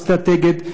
אסטרטגית,